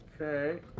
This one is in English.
Okay